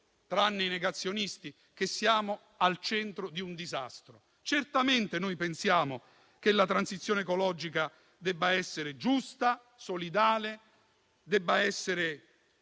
tranne i negazionisti - che siamo al centro di un disastro. Certamente noi pensiamo che la transizione ecologica debba essere giusta, solidale, corretta,